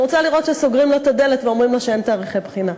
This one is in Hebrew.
ואני רוצה לראות שסוגרים לו את הדלת ואומרים לו שאין תאריכי בחינה.